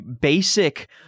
basic